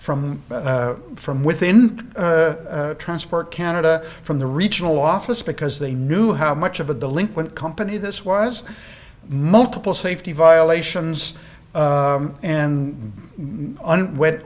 from from within transport canada from the regional office because they knew how much of a delinquent company this was multiple safety violations and we